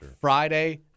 Friday